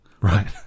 right